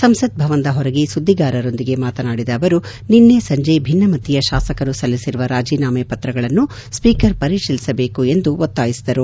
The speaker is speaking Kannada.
ಸಂಸತ್ ಭವನದ ಹೊರಗೆ ಸುದ್ದಿಗಾರರೊಂದಿಗೆ ಮಾತನಾಡಿದ ಅವರು ನಿನ್ನೆ ಸಂಜೆ ಭಿನ್ನಮತೀಯ ಶಾಸಕರು ಸಲ್ಲಿಸಿರುವ ರಾಜೀನಾಮೆ ಪತ್ರಗಳನ್ನು ಸ್ಪೀಕರ್ ಪರಿಶೀಲಿಸಬೇಕು ಎಂದು ಒತ್ತಾಯಿಸಿದರು